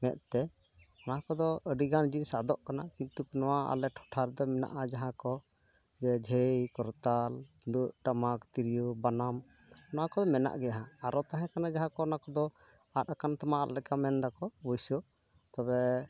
ᱢᱮᱫ ᱛᱮ ᱱᱚᱣᱟ ᱠᱚᱫᱚ ᱟᱹᱰᱤ ᱜᱟᱱ ᱡᱤᱱᱤᱥ ᱟᱫᱚᱜ ᱠᱟᱱᱟ ᱠᱤᱱᱛᱩ ᱱᱚᱣᱟ ᱟᱞᱮ ᱴᱚᱴᱷᱟ ᱨᱮᱫᱚ ᱢᱮᱱᱟᱜᱼᱟ ᱡᱟᱦᱟᱸ ᱠᱚ ᱡᱮ ᱡᱷᱟᱺᱭ ᱠᱚᱨᱛᱟᱞ ᱛᱩᱢᱫᱟᱹᱜ ᱴᱟᱢᱟᱠ ᱛᱤᱨᱭᱳ ᱵᱟᱱᱟᱢ ᱱᱚᱣᱟ ᱠᱚᱫᱚ ᱢᱮᱱᱟᱜ ᱜᱮᱭᱟ ᱦᱟᱸᱜ ᱟᱨᱚ ᱛᱟᱦᱮᱸ ᱠᱟᱱᱟ ᱡᱟᱦᱟᱸ ᱚᱱᱟ ᱠᱚᱫᱚ ᱟᱫ ᱠᱟᱱ ᱛᱟᱢᱟ ᱟᱫ ᱞᱮᱠᱟ ᱢᱮᱱᱫᱟᱠᱚ ᱚᱵᱵᱚᱥᱥᱚ ᱛᱚᱵᱮ